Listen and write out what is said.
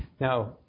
Now